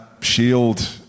shield